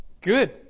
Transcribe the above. good